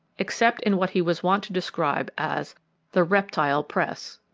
except in what he was wont to describe as the reptile press.